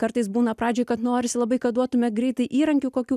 kartais būna pradžioj kad norisi labai kad duotume greitai įrankių kokių